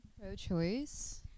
pro-choice